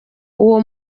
uwo